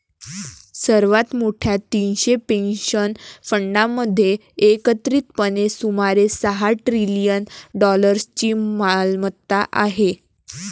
सर्वात मोठ्या तीनशे पेन्शन फंडांमध्ये एकत्रितपणे सुमारे सहा ट्रिलियन डॉलर्सची मालमत्ता आहे